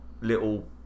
little